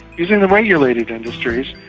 using the regulated industries,